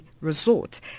Resort